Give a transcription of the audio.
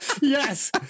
Yes